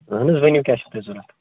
اَہن حظ ؤنِو کیٛاہ چھُ تۄہہِ ضوٚرَتھ